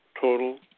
total